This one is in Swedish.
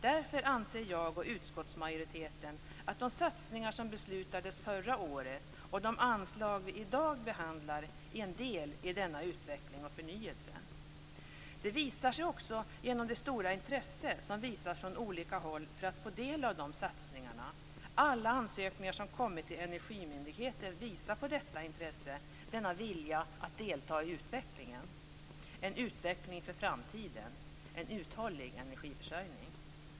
Därför anser jag och utskottsmajoriteten att de satsningar som beslutades förra året och de anslag vi i dag behandlar är en del av denna utveckling och förnyelse. Det ser vi också genom det stora intresse som visas från olika håll för att få del av satsningarna. Alla ansökningar som kommit till Energimyndigheten visar på detta intresse, denna vilja att delta i utvecklingen. Det är en utveckling för framtiden, för en uthållig energiförsörjning.